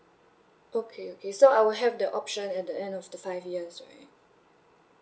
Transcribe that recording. okay okay so I will have the option at the end of the five years right